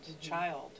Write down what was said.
child